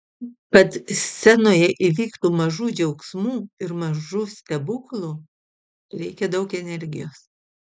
kad scenoje įvyktų mažų džiaugsmų ir mažų stebuklų reikia daug energijos